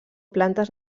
plantes